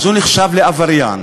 אז הוא נחשב לעבריין,